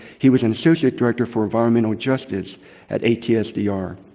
he was an associate director for environmental justice at atsdr.